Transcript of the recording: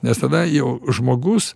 nes tada jau žmogus